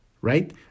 right